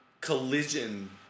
collision